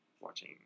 watching